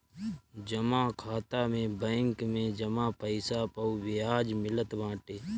जमा खाता में बैंक में जमा पईसा पअ बियाज मिलत बाटे